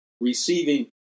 receiving